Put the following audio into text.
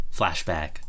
Flashback